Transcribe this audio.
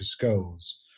goals